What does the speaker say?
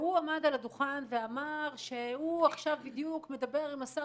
והוא עמד על הדוכן ואמר שהוא עכשיו בדיוק מדבר עם השר